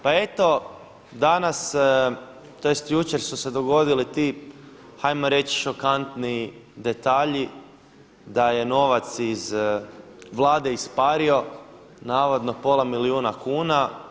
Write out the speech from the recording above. Pa eto danas tj. jučer su se dogodili ti ajmo reći šokantni detalji da je novac iz Vlade ispario, navodno pola milijuna kuna.